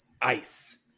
ice